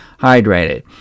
hydrated